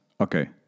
Okay